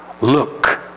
look